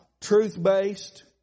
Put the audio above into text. truth-based